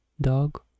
dog